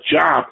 job